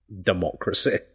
democracy